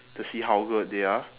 to see how good they are